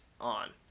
on